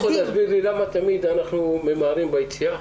מישהו יכול להסביר לי למה תמיד אנחנו ממהרים ביציאה?